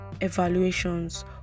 evaluations